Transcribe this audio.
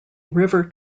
river